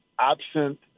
absent